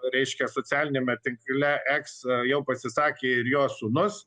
reiškia socialiniame tinkle iks jau pasisakė ir jo sūnus